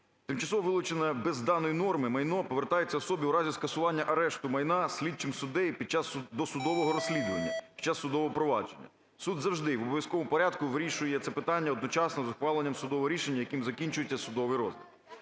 Тимчасово вилучене, без даної норми, майно повертається особі у разі скасування арешту майна слідчим суддею під час досудового розслідування, під час судового провадження. Суд завжди в обов'язковому порядку вирішує це питання одночасно з ухваленням судового рішення, яким закінчується судовий розгляд.